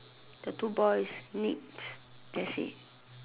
the two boys needs that's it